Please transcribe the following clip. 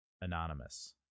anonymous